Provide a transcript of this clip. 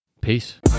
Peace